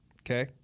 Okay